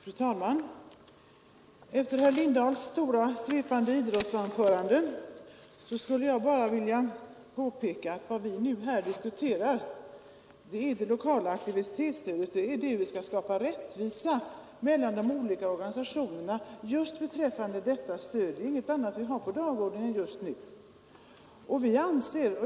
Fru talman! Efter herr Lindahls stora svepande idrottsanförande vill jag bara påpeka att vad vi nu diskuterar är det lokala aktivitetsstödet och hur vi skall skapa rättvisa mellan de olika organisationerna just beträffande detta stöd. Det är detta och ingenting annat som vi har på dagordningen just nu.